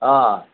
ಆಂ